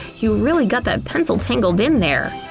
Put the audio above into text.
you've really got that pencil tangled in there!